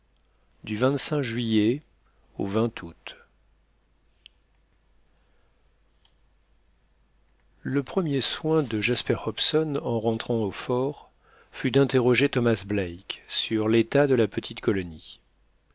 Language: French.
du juillet au août le premier soin de jasper hobson en rentrant au fort fut d'interroger thomas black sur l'état de la petite colonie